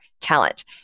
talent